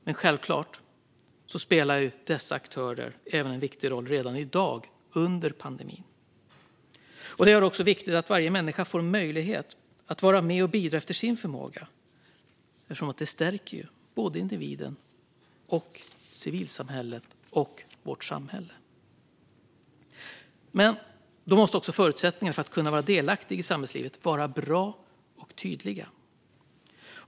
Men självklart spelar dessa aktörer redan i dag, under pandemin, en viktig roll. Det är vidare viktigt att varje människa får möjlighet att vara med och bidra efter sin förmåga. Det stärker såväl individen som civilsamhället och samhället i stort. Men då måste förutsättningarna för att kunna vara delaktig i samhällslivet också vara bra och tydliga.